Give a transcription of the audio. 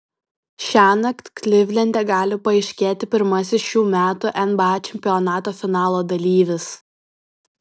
šiąnakt klivlende gali paaiškėti pirmasis šių metų nba čempionato finalo dalyvis